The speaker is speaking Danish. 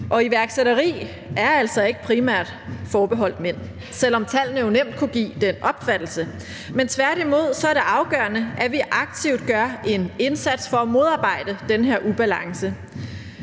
Iværksætteri er altså ikke primært forbeholdt mænd, selv om tallene jo nemt kunne give den opfattelse. Tværtimod er det afgørende, at vi aktivt gør en indsats for at modarbejde den her ubalance.